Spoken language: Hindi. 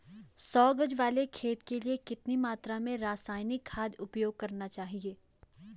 सौ गज वाले खेत के लिए कितनी मात्रा में रासायनिक खाद उपयोग करना चाहिए?